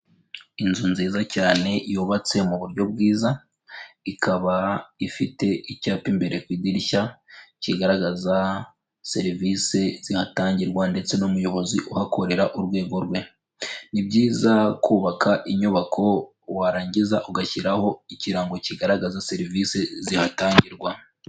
Inzu nziza cyane yubatse mu buryo bwiza, ikaba ifite icyapa imbere ku idirishya kigaragaza serivisi zihatangirwa ndetse n'umuyobozi uhakorera urwego rwe. Ni byiza kubaka inyubako warangiza ugashyiraho ikirango kigaragaza serivisi zihatangirwa.